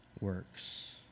works